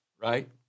right